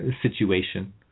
situation